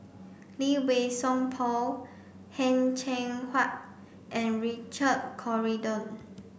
Lee Wei Song Paul Heng Cheng Hwa and Richard Corridon